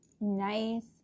nice